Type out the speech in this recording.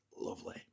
lovely